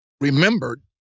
remembered